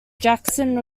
jackson